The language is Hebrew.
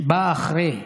באה אחרי,